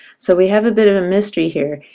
so we have a bit of a mystery here.